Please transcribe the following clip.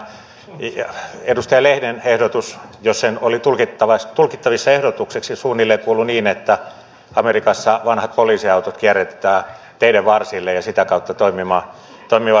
edustaja lehden ehdotus jos se oli tulkittavissa ehdotukseksi suunnilleen kuului niin että amerikassa vanhat poliisiautot kierrätetään teiden varsille ja sitä kautta toimimaan turvallisuuden takaajina